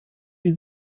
die